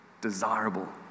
Desirable